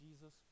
Jesus